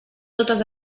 totes